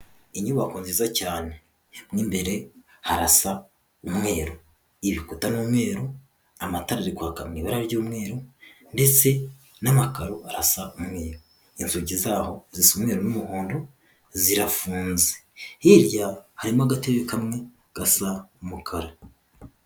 Inyubako nziza cyane. Mo imbere harasa umweru. Ibikuta ni umweru, amatara ari kwaka mu ibura ry'umweru, ndetse n'amakaro arasa umweru. Inzugi zaho zisa umweru n'umuhondo, zirafunze. Hirya harimo agatebe kamwe, gasa umukara.